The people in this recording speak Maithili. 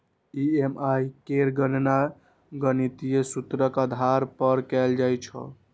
ई.एम.आई केर गणना गणितीय सूत्रक आधार पर कैल जाइ छै